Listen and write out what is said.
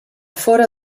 fora